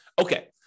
Okay